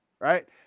right